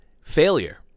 failure